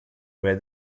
where